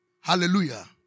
Hallelujah